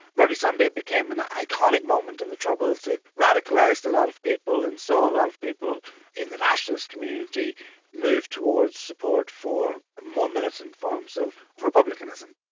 bloody sunday became an iconic moment in the troubles, it radicalised a lot of people and saw a lot of people in the nationalist community move towards support for more militant forms of republicanism.